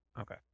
Okay